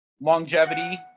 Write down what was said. Longevity